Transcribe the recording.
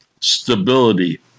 Stability